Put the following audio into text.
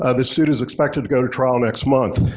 ah the suit is expected to go to trial next month.